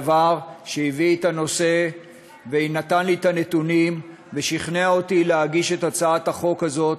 שהביא את הנושא ונתן לי את הנתונים ושכנע אותי להגיש את הצעת החוק הזאת.